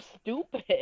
stupid